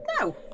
no